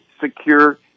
secure